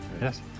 yes